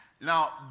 Now